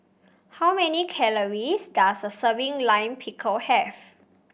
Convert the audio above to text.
how many calories does a serving Lime Pickle have